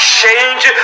change